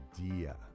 idea